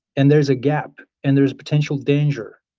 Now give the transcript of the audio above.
and there's a gap. and there's potential danger.